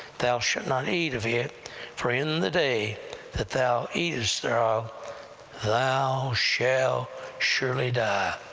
thou shalt not eat of it for in the day that thou eatest thereof thou shalt surely die.